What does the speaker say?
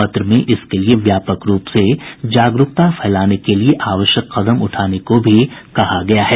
पत्र में इसके लिए व्यापक रूप से जागरूकता फैलाने के लिए आवश्यक कदम उठाने को भी कहा गया है